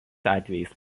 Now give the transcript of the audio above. atvejais